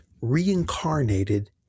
reincarnated